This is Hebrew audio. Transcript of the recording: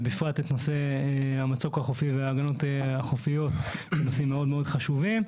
ובפרט את נושא המצוק החופי והגנות החופיות כנושאים מאוד מאוד חשובים,